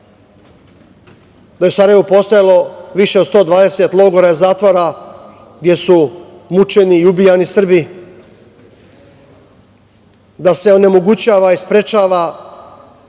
da je u Sarajevu postojalo više od 120 logora i zatvora gde su mučeni i ubijani Srbi, da se onemogućava i sprečava